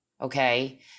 okay